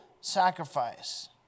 sacrifice